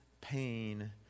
pain